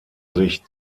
sich